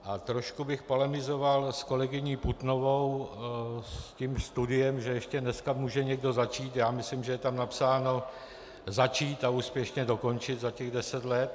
A trošku bych polemizoval s kolegyní Putnovou, s tím studiem, že ještě dneska může někdo začít já myslím, že je tam napsáno začít a úspěšně dokončit za těch deset let.